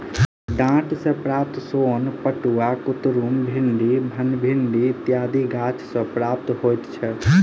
डांट सॅ प्राप्त सोन पटुआ, कुतरुम, भिंडी, बनभिंडी इत्यादि गाछ सॅ प्राप्त होइत छै